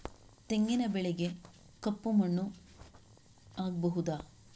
ತೆಂಗಿನ ಬೆಳೆಗೆ ಕಪ್ಪು ಮಣ್ಣು ಆಗ್ಬಹುದಾ?